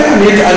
לא פיטורים,